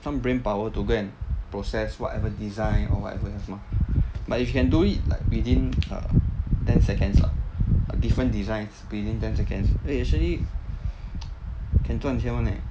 some brain power to go and process whatever design or whatever but if you can do it like within err ten seconds lah different designs within ten seconds eh actually can 赚钱 [one] leh